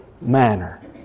manner